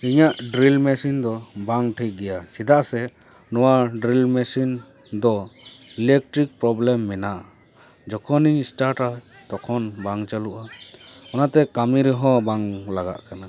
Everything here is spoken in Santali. ᱤᱧᱟᱹᱜ ᱰᱨᱤᱞ ᱢᱮᱥᱤᱱ ᱫᱚ ᱵᱟᱝ ᱴᱷᱤᱠ ᱜᱮᱭᱟ ᱪᱮᱫᱟᱜ ᱥᱮ ᱱᱚᱣᱟ ᱰᱨᱤᱞ ᱢᱮᱥᱤᱱ ᱫᱚ ᱤᱞᱮᱠᱴᱨᱤᱠ ᱯᱨᱚᱵᱞᱮᱢ ᱢᱮᱱᱟᱜᱼᱟ ᱡᱚᱠᱷᱚᱱᱤᱧ ᱥᱴᱟᱴᱟ ᱛᱚᱠᱷᱚᱱ ᱵᱟᱝ ᱪᱟᱹᱞᱩᱜᱼᱟ ᱚᱱᱟᱛᱮ ᱠᱟᱹᱢᱤ ᱨᱮᱦᱚᱸ ᱵᱟᱝ ᱞᱟᱜᱟᱜ ᱠᱟᱱᱟ